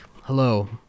hello